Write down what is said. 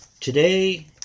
Today